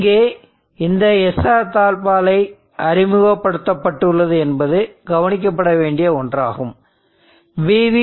இங்கே இந்த SR தாழ்ப்பாளை அறிமுகப்படுத்தப்பட்டுள்ளது என்பது கவனிக்கப்படவேண்டிய ஒன்றாகும் pv